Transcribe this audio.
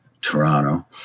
Toronto